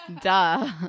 duh